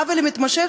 העוול המתמשך,